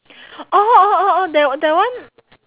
orh orh orh orh that that one